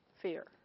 fear